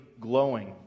glowing